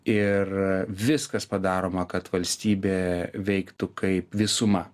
ir viskas padaroma kad valstybė veiktų kaip visuma